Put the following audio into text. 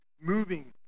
moving